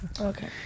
okay